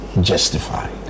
justified